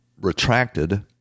retracted